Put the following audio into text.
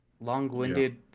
Long-winded